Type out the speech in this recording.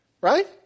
Right